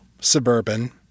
suburban